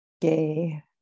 Gay